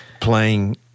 playing